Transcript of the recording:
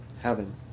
heaven